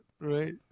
right